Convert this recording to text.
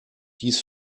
dies